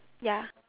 ya